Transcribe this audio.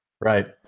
Right